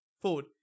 Forward